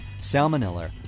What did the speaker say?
salmonella